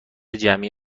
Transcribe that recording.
جمعی